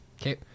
Okay